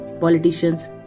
politicians